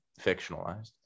fictionalized